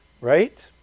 right